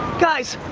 guys,